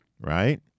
Right